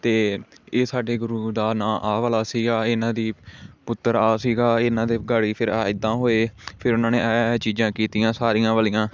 ਅਤੇ ਇਹ ਸਾਡੇ ਗੁਰੂ ਦਾ ਨਾਂ ਆ ਵਾਲਾ ਸੀਗਾ ਇਨ੍ਹਾਂ ਦੀ ਪੁੱਤਰ ਆ ਸੀਗਾ ਇਨ੍ਹਾਂ ਦੇ ਗੜੀ ਫਿਰ ਆ ਇੱਦਾਂ ਹੋਏ ਫਿਰ ਉਨ੍ਹਾਂ ਨੇ ਇਹ ਇਹ ਚੀਜ਼ਾਂ ਕੀਤੀਆਂ ਸਾਰੀਆਂ ਇਹ ਵਾਲੀਆਂ